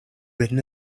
written